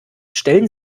stellen